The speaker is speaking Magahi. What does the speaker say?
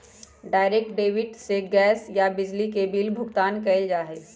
डायरेक्ट डेबिट से गैस या बिजली के बिल भुगतान कइल जा हई